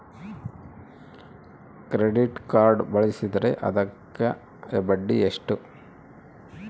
Credit card ಬಳಸಿದ್ರೇ ಅದಕ್ಕ ಬಡ್ಡಿ ಎಷ್ಟು?